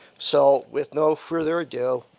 so with no further ado,